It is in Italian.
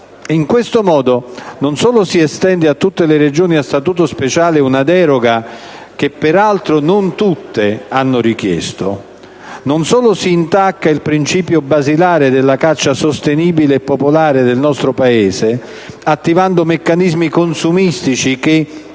In questo modo, non solo si estende a tutte le Regioni a statuto speciale una deroga, che peraltro non tutte hanno richiesto; non solo si intacca il principio basilare della caccia sostenibile e popolare del nostro Paese, attivando meccanismi consumistici che